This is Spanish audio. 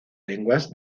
lenguas